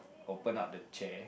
open up the chair